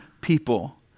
people